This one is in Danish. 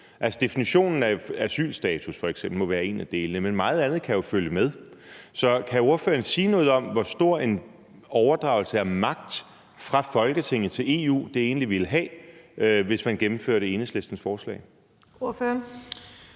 definitionen af asylstatus må være en af delene, men meget andet kan jo følge med. Så kan ordføreren sige noget om, hvor stor en overdragelse af magt fra Folketinget til EU, det egentlig ville være, hvis man gennemførte Enhedslistens forslag?